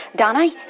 Donna